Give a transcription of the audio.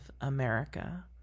America